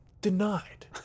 denied